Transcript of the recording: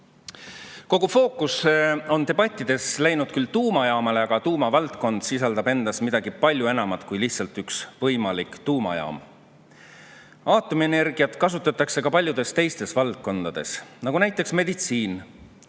fookus on debattides läinud küll tuumajaamale, aga tuumavaldkond sisaldab endas midagi palju enamat kui lihtsalt üks võimalik tuumajaam. Aatomienergiat kasutatakse ka paljudes teistes valdkondades, nagu näiteks meditsiin.